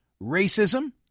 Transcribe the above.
Racism